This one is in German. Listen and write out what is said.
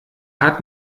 hat